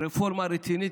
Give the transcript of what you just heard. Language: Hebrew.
רפורמה רצינית.